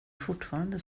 fortfarande